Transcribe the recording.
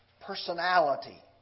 personality